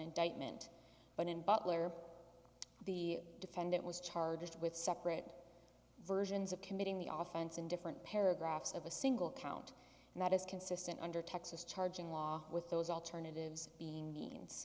indictment but in butler the defendant was charged with separate versions of committing the off different paragraphs of a single count and that is consistent under texas charging law with those alternatives being mean